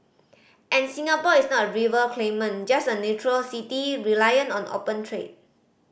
and Singapore is not a rival claimant just a neutral city reliant on open trade